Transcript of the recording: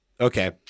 Okay